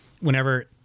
whenever